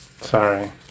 sorry